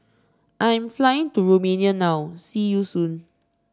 I am flying to Romania now see you soon